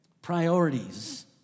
Priorities